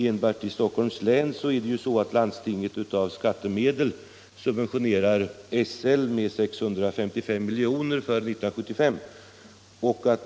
Enbart i Stockholms län subventionerade landstinget SL med 655 miljoner år 1975.